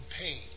pain